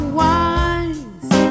wise